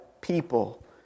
people